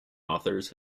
authors